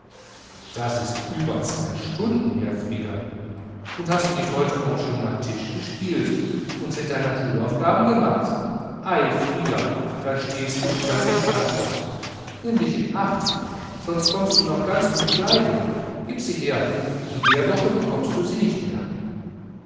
das ist über zwei stunden her frieder und hast du nicht auch schon heute nach tisch gespielt und sind deine schulaufgaben gemacht ei frieder da stehst du und kannst nicht antworten nimm dich in acht sonst kommst du noch ganz um die geige gib sie her in der woche bekommst du sie nimmer herr